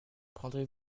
prendrez